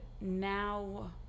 now